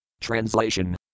Translation